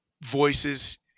voices